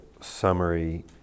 summary